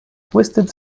twisted